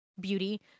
Beauty